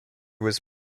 was